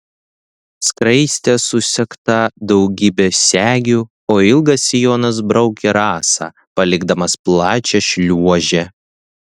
skraistė susegta daugybe segių o ilgas sijonas braukė rasą palikdamas plačią šliuožę